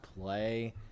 play